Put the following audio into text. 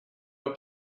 were